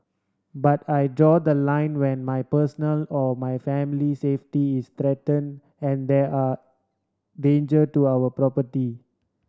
but I draw the line when my personal or my family safety is threaten and there are danger to our property